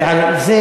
ועל זה,